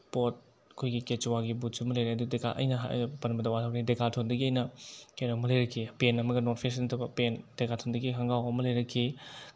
ꯄꯣꯠ ꯑꯩꯈꯣꯏꯒꯤ ꯀꯦꯆ꯭ꯋꯥꯒꯤ ꯕꯨꯠꯁꯨ ꯑꯃ ꯂꯩꯔꯛꯑꯦ ꯑꯗꯨ ꯑꯩꯅ ꯄꯟꯕꯗ ꯋꯥꯠꯍꯧꯔꯦ ꯗꯦꯀꯥꯠꯂꯣꯟꯗꯒꯤ ꯑꯩꯅ ꯀꯩꯅꯣ ꯑꯃ ꯂꯩꯔꯛꯈꯤ ꯄꯦꯟꯠ ꯑꯃꯒ ꯅꯣꯔꯠ ꯐꯦꯁ ꯅꯠꯇꯕ ꯄꯦꯟꯠ ꯗꯦꯀꯥꯠꯂꯣꯟꯗꯒꯤ ꯈꯣꯡꯒ꯭ꯔꯥꯎ ꯑꯃ ꯂꯩꯔꯛꯈꯤ